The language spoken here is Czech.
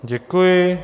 Děkuji.